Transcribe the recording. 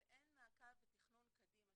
ואין מעקב ותכנון קדימה.